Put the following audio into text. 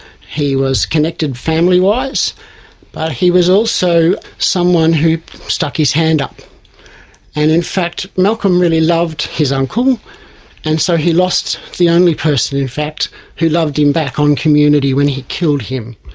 he was connected family-wise but he was also someone who stuck his hand up, and in fact malcolm really loved his uncle um and so he lost the only person in fact who loved him back on community when he killed him.